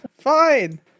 fine